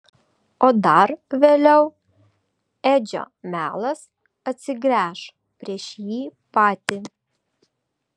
o dar vėliau edžio melas atsigręš prieš jį patį